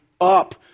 up